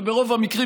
וברוב המקרים,